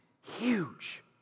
huge